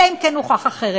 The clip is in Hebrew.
אלא אם כן הוכח אחרת.